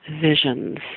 visions